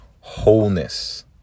Wholeness